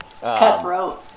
Cutthroat